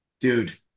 dude